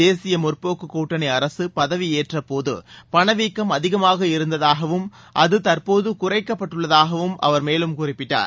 தேசிய முற்போக்கு கூட்டணி அரசு பதிவியேற்றபோது பணவீக்கம் அதிகமாக இருந்ததாகவும் அது தற்போது குறைக்கப்பட்டுள்ளதாகவும் அவர் மேலும் குறிப்பிட்டார்